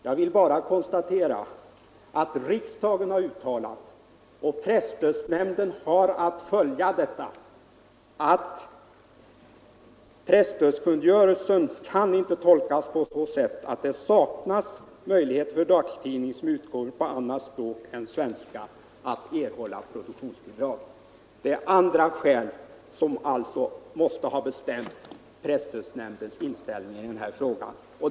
Jag vill bara konstatera att riksdagen uttalat — och presstödsnämnden har att följa detta — att presstödkungörelsen inte kan tolkas på så sätt att det saknas möjlighet för dagstidning som utkommer på annat språk än svenska att erhålla produktionsbidrag. Andra skäl måste alltså ha bestämt presstödsnämndens inställning i den här frågan.